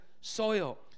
soil